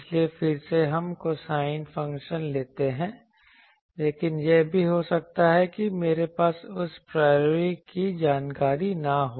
इसलिए फिर से हम कोसाइन फंक्शन लेते हैं लेकिन यह भी हो सकता है कि मेरे पास उस प्रायोरी की जानकारी न हो